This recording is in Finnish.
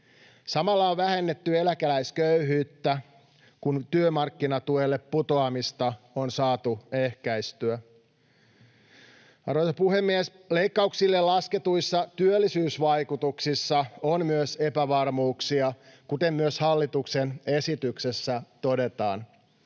Samalla on vähennetty eläkeläisköyhyyttä, kun työmarkkinatuelle putoamista on saatu ehkäistyä. Arvoisa puhemies! Leikkauksille lasketuissa työllisyysvaikutuksissa on myös epävarmuuksia, kuten myös hallituksen esityksessä todetaan.